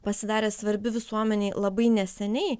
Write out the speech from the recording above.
pasidarė svarbi visuomenei labai neseniai